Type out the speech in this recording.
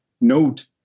note